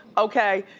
okay,